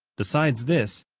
besides this,